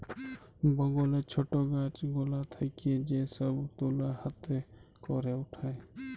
বগলে ছট গাছ গুলা থেক্যে যে সব তুলা হাতে ক্যরে উঠায়